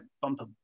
bumper